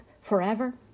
forever